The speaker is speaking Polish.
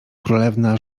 królewna